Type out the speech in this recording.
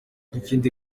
ikindi